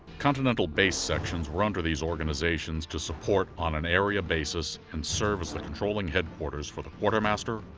continental base sections were under these organizations to support on an area basis and serve as the controlling headquarters for the quartermaster,